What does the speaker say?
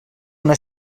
una